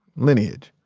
lineage.